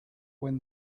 when